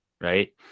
right